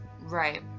Right